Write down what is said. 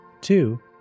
Two